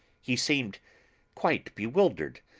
he seemed quite bewildered,